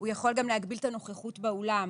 הוא יכול גם להגביל את הנוכחות באולם,